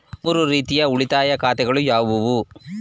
ಮೂರು ರೀತಿಯ ಉಳಿತಾಯ ಖಾತೆಗಳು ಯಾವುವು?